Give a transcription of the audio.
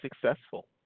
successful